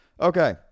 Okay